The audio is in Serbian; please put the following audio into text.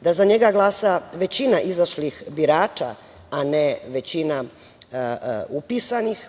da za njega glasa većina izašlih birača, a ne većina upisanih,